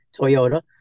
Toyota